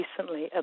recently